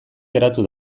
geratu